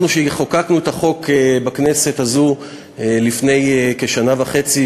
כשחוקקנו את החוק בכנסת הזו לפני כשנה וחצי,